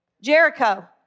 Jericho